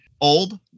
old